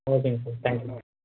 ஓகேங்க sir thank you